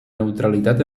neutralitat